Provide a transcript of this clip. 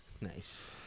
Nice